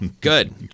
Good